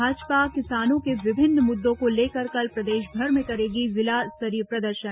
भाजपा किसानों के विभिन्न मुद्दों को लेकर कल प्रदेशभर में करेगी जिला स्तरीय प्रदर्शन